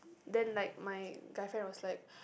then like my guy friend was like